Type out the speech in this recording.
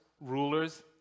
rulers